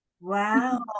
Wow